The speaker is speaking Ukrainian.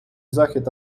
захід